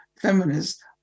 feminists